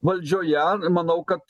valdžioje manau kad